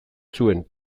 zuen